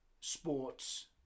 Sports